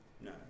No